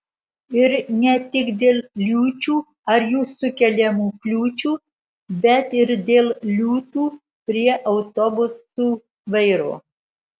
ir ne tik dėl liūčių ar jų sukeliamų kliūčių bet ir dėl liūtų prie autobusų vairo